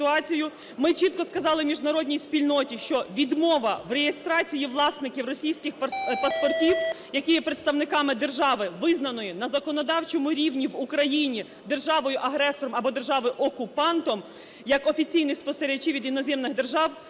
Ми чітко сказали міжнародній спільноті, що відмова в реєстрації власників російських паспортів, які є представниками держави, визнаної на законодавчому рівні в Україні державою-агресором або державою-окупантом, як офіційних спостерігачів від іноземних держав